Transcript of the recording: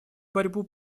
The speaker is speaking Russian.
борьбу